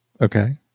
okay